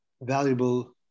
valuable